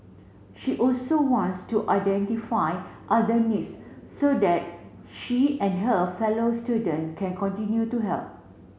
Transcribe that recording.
she also wants to identify other needs so that she and her fellow student can continue to help